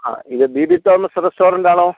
ആ ഇത് B B Thomas റസ്റ്റോറൻറ്റാണോ